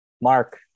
mark